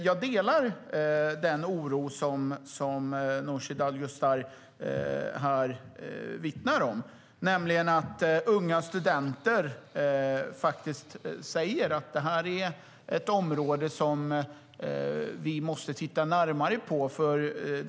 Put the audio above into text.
Jag delar den oro som Nooshi Dadgostar vittnar om, nämligen att unga och studenter säger att det här är ett område vi måste titta närmare på.